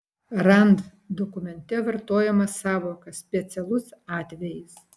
rand dokumente vartojama sąvoka specialus atvejis